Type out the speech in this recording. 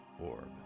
orb